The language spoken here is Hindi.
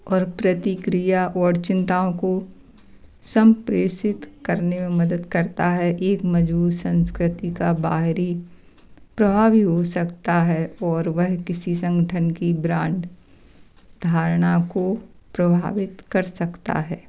और प्रतिक्रिया और चिंताओं को सम्प्रेषित करने में मदद करता है एक मज़बूत संस्कृति का बाहरी प्रभाव भी हो सकता है और वह किसी संगठन की ब्रांड धारणा को प्रभावित कर सकता है